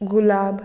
गुलाब